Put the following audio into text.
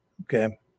okay